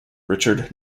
richard